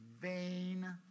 vain